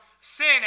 sin